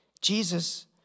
Jesus